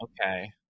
okay